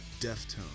Deftone